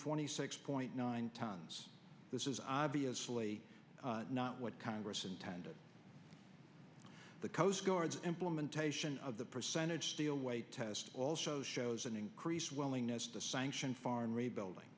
twenty six point nine tons this is obviously not what congress intended the coast guard implementation of the percentage deal way test also shows an increased willingness to sanction foreign rebuilding